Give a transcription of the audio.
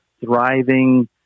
thriving